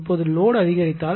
இப்போது லோடு அதிகரித்தால்